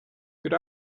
good